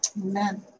amen